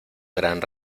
gran